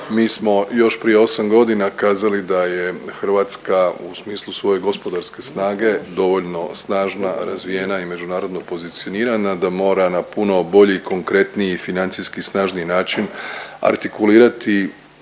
Mi smo još prije 8 godina kazali da je Hrvatska u smislu svoje gospodarske snage dovoljno snažna, razvijena i međunarodno pozicionirana da mora na puno bolji, konkretniji i financijski snažniji način artikulirati